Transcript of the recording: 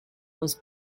was